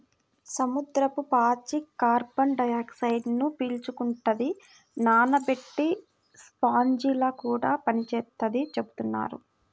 సముద్రపు పాచి కార్బన్ డయాక్సైడ్ను పీల్చుకుంటది, నానబెట్టే స్పాంజిలా కూడా పనిచేత్తదని చెబుతున్నారు